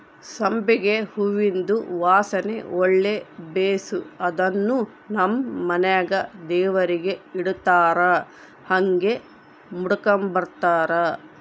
ಸಂಪಿಗೆ ಹೂವಿಂದು ವಾಸನೆ ಒಳ್ಳೆ ಬೇಸು ಅದುನ್ನು ನಮ್ ಮನೆಗ ದೇವರಿಗೆ ಇಡತ್ತಾರ ಹಂಗೆ ಮುಡುಕಂಬತಾರ